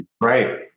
Right